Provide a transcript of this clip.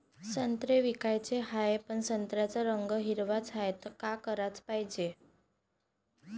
संत्रे विकाचे हाये, पन संत्र्याचा रंग हिरवाच हाये, त का कराच पायजे?